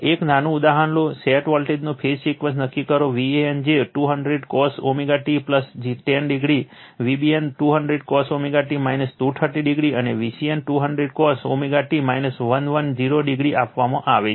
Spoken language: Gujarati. એક નાનું ઉદાહરણ લો સેટ વોલ્ટેજનો ફેઝ સિક્વન્સ નક્કી કરો Van જે 200 cos ω t 10 o Vbn 200 cos ω t 230 o અને Vcn 200 cos ω t 110 o આપવામાં આવે છે